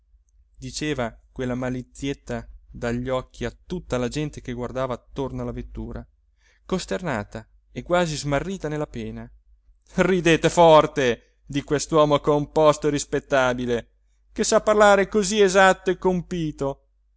diceva quella malizietta dagli occhi a tutta la gente che guardava attorno alla vettura costernata e quasi smarrita nella pena ridete forte di quest'uomo composto e rispettabile che sa parlare così esatto e compito